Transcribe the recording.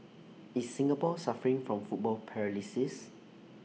is Singapore suffering from football paralysis